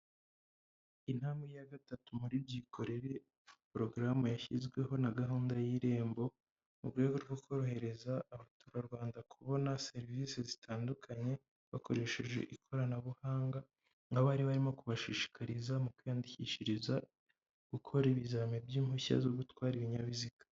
Intambwe ya gatatu muri byikorere porogaramu yashyizweho na gahunda y'irembo mu rwego rwo korohereza abaturarwanda kubona serivisi zitandukanye bakoresheje ikoranabuhanga nk'abari barimo kubashishikariza mu kwiyandikishiriza gukora ibizamini by'impushya zo gutwara ibinyabiziga.